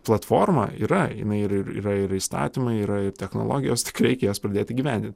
platforma yra jinai ir yra ir įstatymai yra technologijos tik reikės pradėti įgyvendinti